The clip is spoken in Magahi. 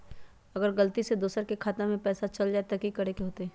अगर गलती से दोसर के खाता में पैसा चल जताय त की करे के होतय?